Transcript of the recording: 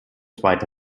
zweite